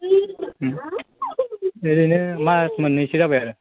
बिदिनो मास मोन्नैसो जाबाय आरो